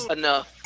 enough